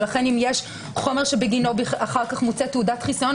לכן אם יש חומר שבגינו אחר כך מוצאת תעודת חיסיון,